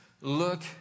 look